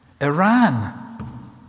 Iran